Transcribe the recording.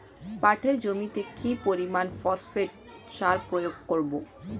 পাটের জমিতে কি পরিমান ফসফেট সার প্রয়োগ করব?